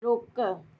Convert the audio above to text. रोकु